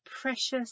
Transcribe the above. precious